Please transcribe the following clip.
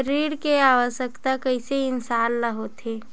ऋण के आवश्कता कइसे इंसान ला होथे?